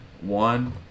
One